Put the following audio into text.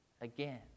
again